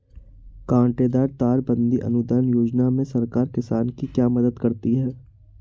कांटेदार तार बंदी अनुदान योजना में सरकार किसान की क्या मदद करती है?